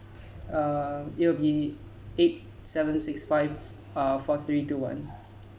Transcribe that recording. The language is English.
uh it'll be eight seven six five uh four three two one